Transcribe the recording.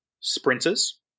sprinters